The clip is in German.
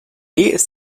ist